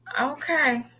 Okay